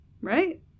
right